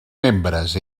membres